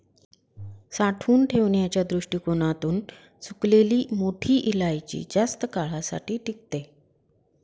साठवून ठेवण्याच्या दृष्टीकोणातून सुकलेली मोठी इलायची जास्त काळासाठी टिकते